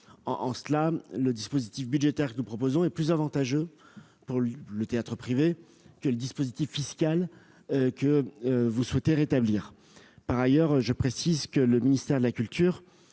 Aussi, le dispositif que nous proposons est plus avantageux pour le théâtre privé que la disposition fiscale que vous souhaitez rétablir. Par ailleurs, le ministère de la culture